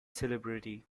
celebrity